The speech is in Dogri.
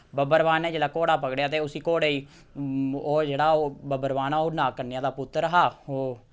बब्बरवान ने जेल्लै घोड़ा पकड़ेआ ते उसी घोड़े ई ओह् जेह्ड़ा ओह् बब्बरवान हा ओह् नागकन्या दा पुत्तर हा ओह्